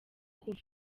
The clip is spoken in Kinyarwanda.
kuva